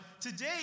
today